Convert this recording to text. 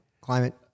climate